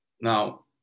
Now